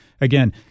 Again